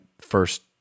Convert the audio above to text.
first